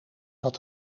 had